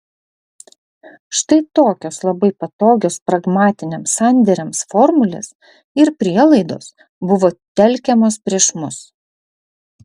štai tokios labai patogios pragmatiniams sandėriams formulės ir prielaidos buvo telkiamos prieš mus